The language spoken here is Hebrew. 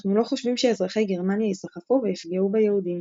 אנחנו לא חושבים שאזרחי גרמניה ייסחפו ויפגעו ביהודים."